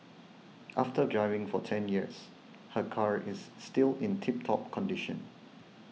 after driving for ten years her car is still in tip top condition